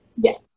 Yes